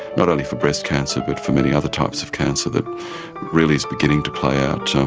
not only for breast cancer but for many other types of cancer that really is beginning to play out